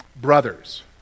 brothers